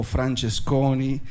Francesconi